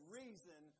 reason